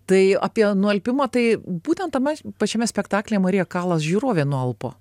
tai apie nualpimą tai būtent tame pačiame spektaklyje marija kalas žiūrovė nualpo